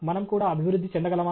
మనం కూడా అభివృద్ధి చెందగలమా